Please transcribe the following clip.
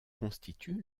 constitue